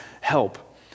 help